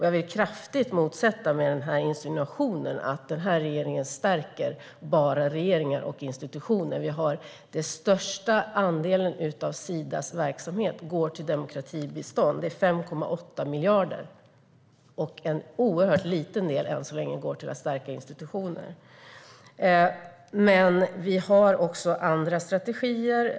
Jag vill kraftigt motsäga insinuationen att den här regeringen stärker bara regeringar och institutioner. Den största andelen av Sidas verksamhet går till demokratibistånd. Det är 5,8 miljarder. Än så länge går en oerhört liten del till att stärka institutioner. Det finns också andra strategier.